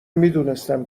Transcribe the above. میدونستم